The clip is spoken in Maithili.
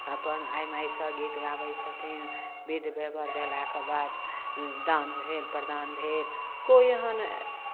अपन आय मायसभ गीत गाबै छथिन विधि व्यवहार भेलाके बाद दान भेल प्रदान भेल कोइ एहन